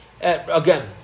again